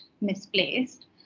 misplaced